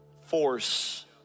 force